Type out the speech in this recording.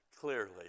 clearly